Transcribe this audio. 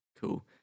Cool